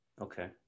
Okay